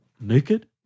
Naked